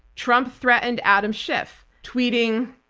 trump threatened adam schiff tweeting,